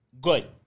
good